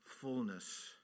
fullness